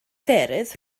ffyrdd